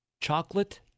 chocolate